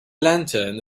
lantern